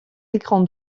écran